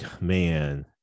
man